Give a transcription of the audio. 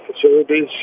facilities